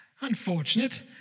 Unfortunate